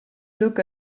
look